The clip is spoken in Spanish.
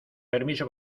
permiso